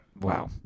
Wow